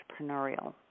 entrepreneurial